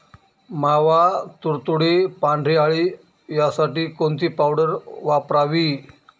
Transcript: मावा, तुडतुडे, पांढरी अळी यासाठी कोणती पावडर वापरावी?